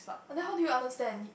then how do you understand